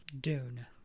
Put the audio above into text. dune